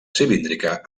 cilíndrica